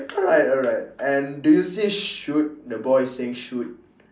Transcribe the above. alright alright and do you see shoot the boy is saying shoot